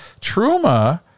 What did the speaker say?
truma